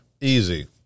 Easy